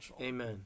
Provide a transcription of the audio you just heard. amen